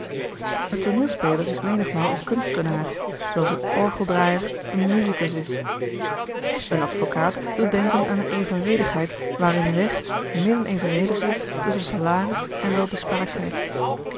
een tooneelspeler is menigmaal een kunstenaar zoo als een orgeldraaijer een musicus is een advokaat doet denken aan eene evenredigheid waarin regt midden evenredig is tusschen salaris en welbespraaktheid